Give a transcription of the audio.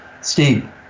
Steve